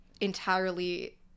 entirely